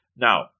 Now